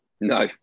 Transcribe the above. no